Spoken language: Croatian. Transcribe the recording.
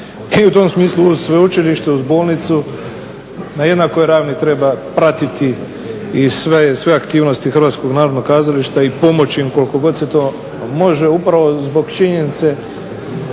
i u tom smislu uz sveučilište, uz bolnicu na jednakoj ravni treba pratiti i sve aktivnosti Hrvatskog Narodnog Kazališta i pomoći im koliko god se to može upravo zbog činjenice